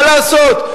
מה לעשות.